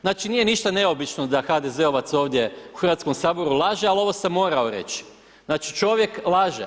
Znači nije ništa neobično da HDZ-ovac, ovdje u Hrvatskom saboru laže, ali ovo sam morao reći, znači čovjek laže.